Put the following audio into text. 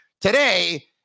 today